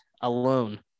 alone